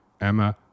Emma